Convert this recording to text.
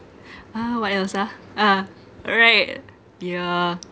uh what else ah ah alright yeah